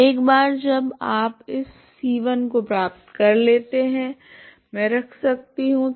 तो एक बार जब आप इस c1 को प्राप्त कर लेते है मैं रख सकती हूँ